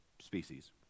species